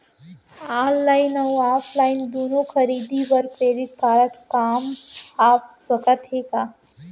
Online अऊ offline दूनो खरीदी बर क्रेडिट कारड काम आप सकत हे का?